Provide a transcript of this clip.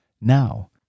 now